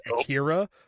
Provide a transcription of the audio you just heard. Akira